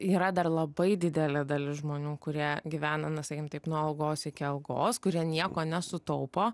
yra dar labai didelė dalis žmonių kurie gyvena na sakykim taip nuo algos iki algos kurie nieko nesutaupo